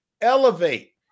elevate